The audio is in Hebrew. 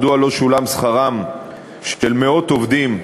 מדוע לא שולם שכרם של מאות עובדים,